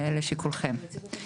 לשיקולכם.